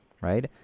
right